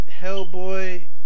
Hellboy